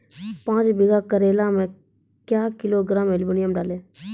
पाँच बीघा करेला मे क्या किलोग्राम एलमुनियम डालें?